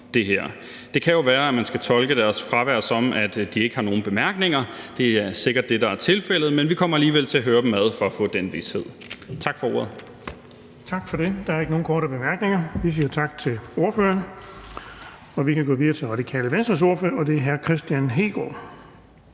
Det kan jo være, at man skal tolke deres fravær som, at de ikke har nogen bemærkninger – det er sikkert det, der er tilfældet – men vi kommer alligevel til at høre dem ad for at få den vished. Tak for ordet. Kl. 15:43 Den fg. formand (Erling Bonnesen): Tak for det. Der er ikke nogen korte bemærkninger. Vi siger tak til ordføreren, og vi kan gå videre til Radikale Venstres ordfører, og det er hr. Kristian Hegaard.